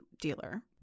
dealer